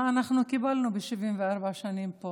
מה אנחנו קיבלנו ב-74 שנים פה?